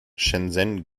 shenzhen